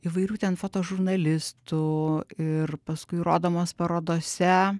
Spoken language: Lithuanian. įvairių ten fotožurnalistų ir paskui rodomos parodose